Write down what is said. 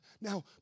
Now